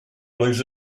lose